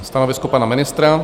Stanovisko pana ministra?